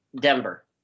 Denver